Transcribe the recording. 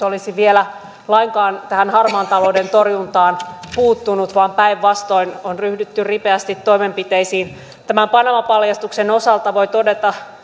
olisi vielä lainkaan tähän harmaan talouden torjuntaan puuttunut vaan päinvastoin on ryhdytty ripeästi toimenpiteisiin tämän panama paljastuksen osalta voi todeta